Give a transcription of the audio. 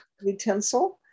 Utensil